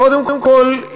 קודם כול,